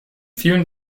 vielen